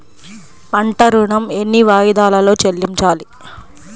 పంట ఋణం ఎన్ని వాయిదాలలో చెల్లించాలి?